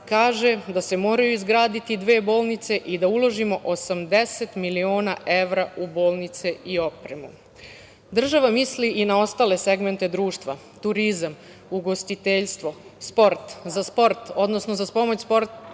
kaže da se moraju izgraditi dve bolnice i da uložimo 80 miliona evra u bolnice i opremu. Država misli i na ostale segmente društva, turizam, ugostiteljstvo, sport, odnosno za pomoć sportskim